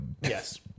Yes